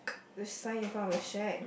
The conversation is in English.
the sign in front of the shack